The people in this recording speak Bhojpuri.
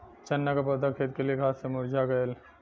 चन्ना क पौधा खेत के घास से मुरझा गयल